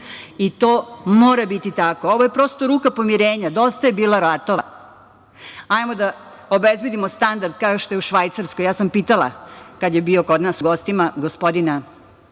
To mora biti tako. Ovo je prosto ruka pomirenja. Dosta je bilo ratova, hajmo da obezbedimo standard kao što je u Švajcarskoj. Ja sam pitala, kad je bio kod nas u gostima, gospodina